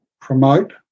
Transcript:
promote